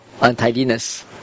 untidiness